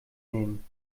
nehmen